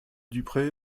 dupré